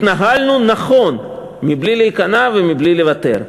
התנהלנו נכון מבלי להיכנע ומבלי לוותר.